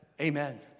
Amen